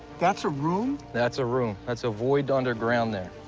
that's a room? that's a room. that's a void underground there.